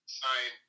sign